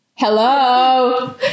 hello